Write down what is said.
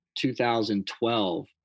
2012